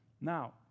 Now